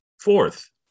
fourth